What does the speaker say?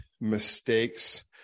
mistakes